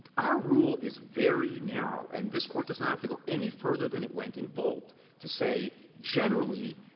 our rule is very narrow. and this court does not have to go any further than it went in volt to say, generally,